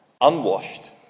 unwashed